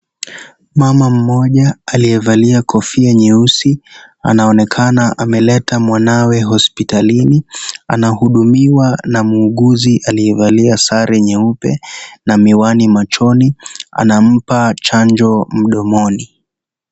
Mama moja aliyevalia kofia nyeusi anaonekana ameleta mwanawe hospitalini anahudumiwa na muuguzi aliyevalia sare nyeupe na miwani machoni, anampa chanjo mdomoni.